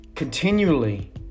Continually